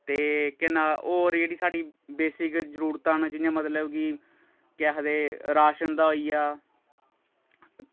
ते केह् नांऽ होर जेह्ड़ी साढ़ी बेसिक जरूरतां न जि'यां मतलब कि केह् आखदे राशन दा होई गेआ